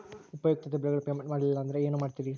ಉಪಯುಕ್ತತೆ ಬಿಲ್ಲುಗಳ ಪೇಮೆಂಟ್ ಮಾಡಲಿಲ್ಲ ಅಂದರೆ ಏನು ಮಾಡುತ್ತೇರಿ?